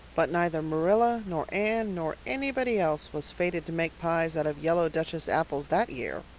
but neither marilla nor anne nor anybody else was fated to make pies out of yellow duchess apples that year.